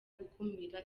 gukumira